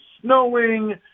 snowing